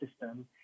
system